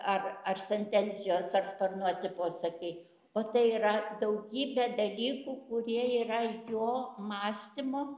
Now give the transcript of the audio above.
ar ar sentencijos ar sparnuoti posakiai o tai yra daugybė dalykų kurie yra jo mąstymo